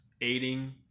aiding